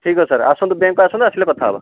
ଠିକ୍ଅଛି ସାର୍ ଆସନ୍ତୁ ବ୍ୟାଙ୍କକୁ ଆସନ୍ତୁ ଆସିଲେ କଥାହେବା